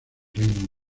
reino